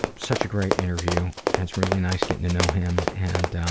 such a great interview. and it's really nice getting to know him and